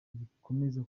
gikomeza